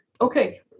Okay